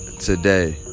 Today